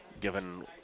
given